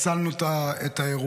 הצלנו את האירוע.